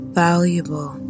valuable